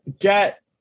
get